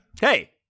hey